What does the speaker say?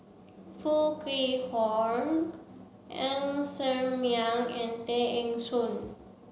Foo Kwee Horng Ng Ser Miang and Tay Eng Soon